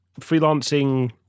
freelancing